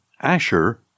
Asher